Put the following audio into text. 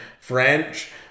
French